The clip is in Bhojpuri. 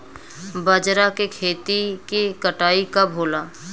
बजरा के खेती के कटाई कब होला?